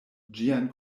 ĝian